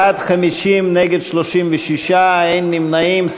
בעד, 50, נגד, 36, אין נמנעים.